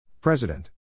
President